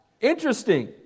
interesting